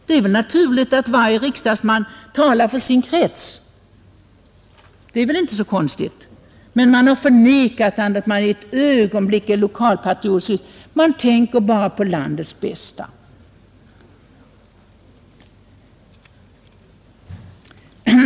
Det är väl naturligt att varje riksdagsman talar för sin krets, Det är väl inte så konstigt. Men man har förnekat att man ett ögonblick är lokalpatriotisk. Man tänker bara på landets bästa.